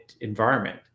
environment